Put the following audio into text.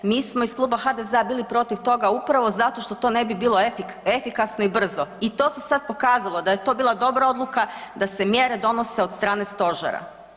Mi smo iz kluba HDZ-a bili protiv toga upravo zato što to ne bi bilo efikasno i brzo i to se sad pokazalo da je to bila dobra odluka, da se mjere donose od strane stožera.